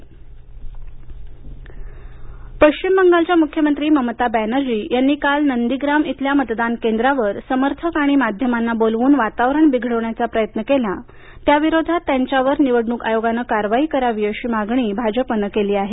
भाजप बॅनर्जी पशचिम बंगालच्या मुख्यमंत्री ममता बॅनर्जी यानी काल नंदीग्राम इथल्या मतदानकेंद्रांवर समर्थक आणि माध्यमांना बोलावून वातावरण बिघडवण्याचा प्रयत्न केला त्यविरोधात त्यांच्यावर निवडणूक आयोगानं कारवाई करावी अशी मागणी भाजपनं केली आहे